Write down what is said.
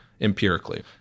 empirically